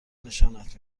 نشانت